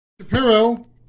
Shapiro